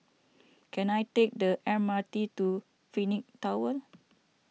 can I take the M R T to Phoenix Tower